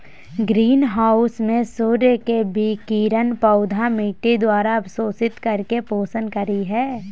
green house में सूर्य के विकिरण पौधा मिट्टी द्वारा अवशोषित करके पोषण करई हई